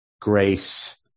grace